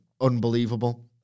unbelievable